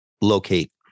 locate